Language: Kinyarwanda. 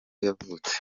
yavutse